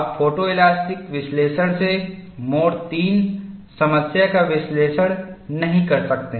आप फोटोइलास्टिक विश्लेषण से मोड III समस्या का विश्लेषण नहीं कर सकते